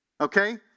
okay